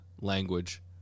language